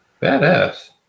Badass